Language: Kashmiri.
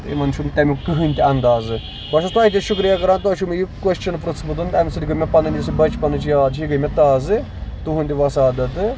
یِمن چھُنہٕ تَمیُک کٔہینۍ تہِ اَندازٕ بہٕ چھُس تۄہہِ تہِ شُکرِیا کران تُہۍ چھِو مےٚ یہِ کوشچن پرٛژھمُت اَمہِ سۭتۍ گے مےٚ پَنٕںۍ یُس مےٚ بَچپَنٕچ یاد چھِ یہِ گے مےٚ تازٕ تُہُندِ وَسادَتہٕ